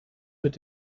mit